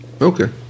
Okay